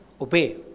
obey